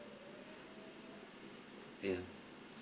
yeah